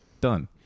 Done